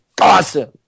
awesome